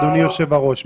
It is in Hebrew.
אדוני יושב-הראש,